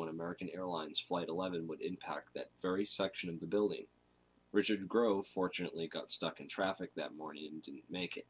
when american airlines flight eleven what impact that very section of the building richard grove fortunately got stuck in traffic that morning and make